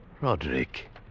Roderick